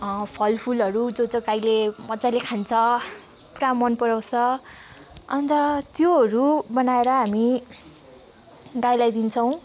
फलफुलहरू जो चाहिँ गाईले मजाले खान्छ पुरा मन पराउँछ अन्त त्योहरू बनाएर हामी गाईलाई दिन्छौँ